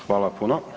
Hvala puno.